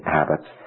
habits